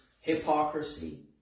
hypocrisy